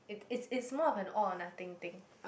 it is is more of an all or nothing thing